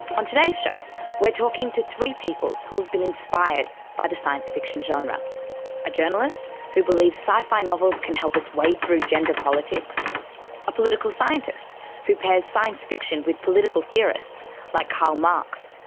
on today's show we're talking to three people who have been inspired by the science fiction genre a journalist who believes sci-fi novels can help us wade through gender politics a political scientist who pairs science fiction with political theorists like karl marx,